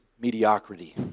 mediocrity